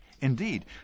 Indeed